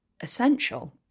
essential